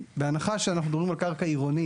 בהנחה שאנחנו מדברים על קרקע עירונית,